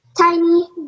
tiny